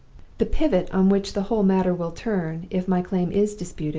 the pivot on which the whole matter will turn, if my claim is disputed,